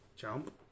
jump